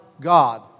God